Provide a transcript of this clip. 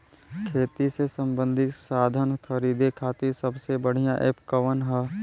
खेती से सबंधित साधन खरीदे खाती सबसे बढ़ियां एप कवन ह?